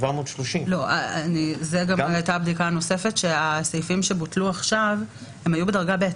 730. הסעיפים שבוטלו עכשיו היו בדרגה ב',